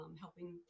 helping